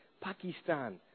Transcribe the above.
Pakistan